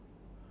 mm